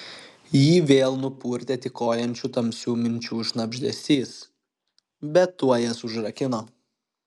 jį vėl nupurtė tykojančių tamsių minčių šnabždesys bet tuoj jas užrakino